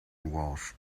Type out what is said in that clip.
welch